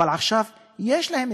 אבל עכשיו יש להם,